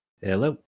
Hello